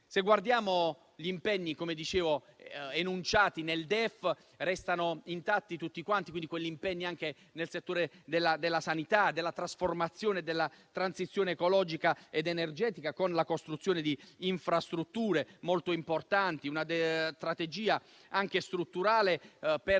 Se guardiamo gli impegni enunciati nel DEF, restano intatti tutti quelli assunti nel settore della sanità, della trasformazione e della transizione ecologica ed energetica, con la costruzione di infrastrutture molto importanti; una strategia strutturale, per